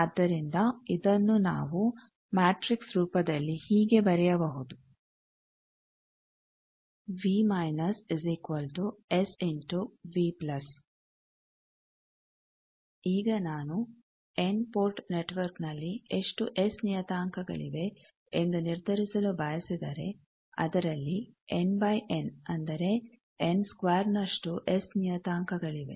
ಆದ್ದರಿಂದ ಇದನ್ನು ನಾವು ಮ್ಯಾಟ್ರಿಕ್ಸ್ ರೂಪದಲ್ಲಿ ಹೀಗೆ ಬರೆಯಬಹುದು ಈಗ ನಾನು ಎನ್ ಪೋರ್ಟ್ ನೆಟ್ವರ್ಕ್ನಲ್ಲಿ ಎಷ್ಟು ಎಸ್ ನಿಯತಾಂಕಗಳಿವೆ ಎಂದು ನಿರ್ಧರಿಸಲು ಬಯಸಿದರೆ ಅದರಲ್ಲಿ ಎನ್ ಬೈ ಎನ್ ಅಂದರೆ ಎನ್ ಸ್ಕ್ವೇರ್ನಷ್ಟು ಎಸ್ ನಿಯತಾಂಕಗಳಿವೆ